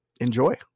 enjoy